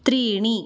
त्रीणि